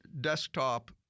desktop